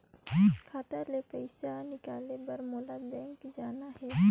खाता ले पइसा निकाले बर मोला बैंक जाना हे?